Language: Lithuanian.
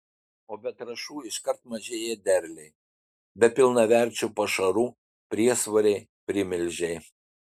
o be trąšų iškart mažėja derliai be pilnaverčių pašarų priesvoriai primilžiai